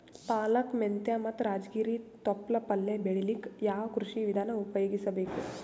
ಪಾಲಕ, ಮೆಂತ್ಯ ಮತ್ತ ರಾಜಗಿರಿ ತೊಪ್ಲ ಪಲ್ಯ ಬೆಳಿಲಿಕ ಯಾವ ಕೃಷಿ ವಿಧಾನ ಉಪಯೋಗಿಸಿ ಬೇಕು?